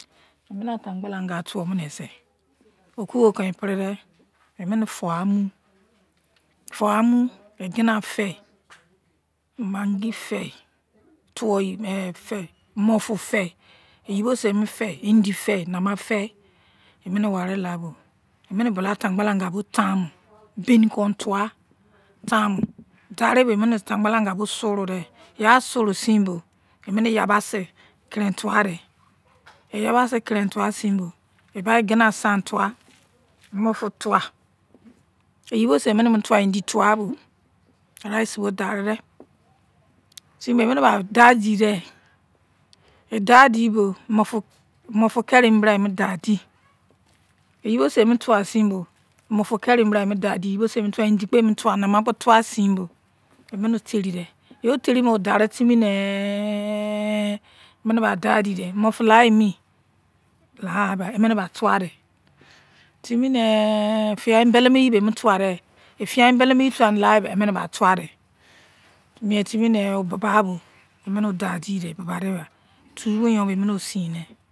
Emini atangbala nga tuominesei okobo kon eperidei emini fou amu fou-amu egina fei, maggi fei, tuo yi me sei fei, moufu fei, eyibose emo fei, indi fei, nima fei emine wari labo emine bolou atangbala naga bo taimune, bein kon tuwa, dari bo emine atangbala nga bo surudei ya surusein bo emine yibasi keren tuwadei e yibasi keren tuwasein bo eba egina san towa, mufu tuwa eyibosei emi mo tua ending tuwa bo rice sei bo dari de aniebo emineba dadibe edabibo mufu kerimi pra emu dabibe indi kpo emu tuwa sinbo bai nema kpo emu tuwasin bo yeibo emoteride terimo tari timine emine bai dadide emufu laimi laiba emine ba tuwadei timi nei fiyai embele mo yi me emu tuwadei efiyai embele mo yi be emu tuwadei efiyai embele mo yi be emu tuwadei ne embele ai yeiba emiba tuwadei mietimi ne obiba bo emine odadide tuibe yon bo emine osindei.